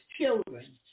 children